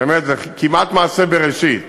באמת, זה כמעט מעשה בראשית,